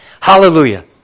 Hallelujah